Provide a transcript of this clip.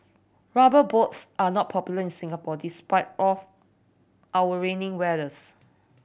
Rubber Boots are not popular in Singapore despite O our rainy weathers